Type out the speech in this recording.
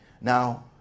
Now